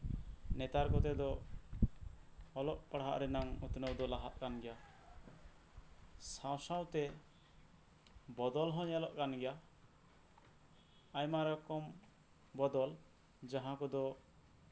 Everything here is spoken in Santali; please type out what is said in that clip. ᱱᱮᱛᱟᱨ ᱠᱚᱛᱮ ᱫᱚ ᱚᱞᱚᱜ ᱯᱟᱲᱦᱟᱜ ᱨᱮᱱᱟᱜ ᱩᱛᱱᱟᱹᱣ ᱫᱚ ᱞᱟᱦᱟᱜ ᱠᱟᱱ ᱜᱮᱭᱟ ᱥᱟᱶ ᱥᱟᱶᱛᱮ ᱵᱚᱫᱚᱞ ᱦᱚᱸ ᱧᱮᱞᱚᱜ ᱠᱟᱱ ᱜᱮᱭᱟ ᱟᱭᱢᱟ ᱨᱚᱠᱚᱢ ᱵᱚᱫᱚᱞ ᱡᱟᱸᱦᱟ ᱠᱚᱫᱚ